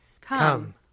Come